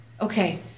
Okay